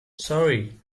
sorry